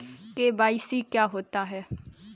KYC क्या होता है?